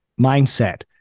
mindset